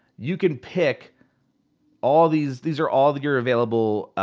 you can pick all these, these are all your available